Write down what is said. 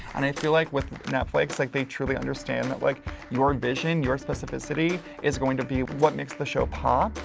and i feel like with netflix, like they truly understand that, like your vision, your specific city is going to be what makes the show pop.